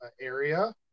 area